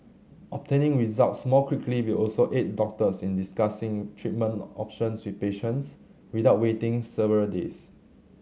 obtaining results more quickly will also aid doctors in discussing treatment options with patients without waiting several days